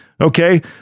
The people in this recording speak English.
Okay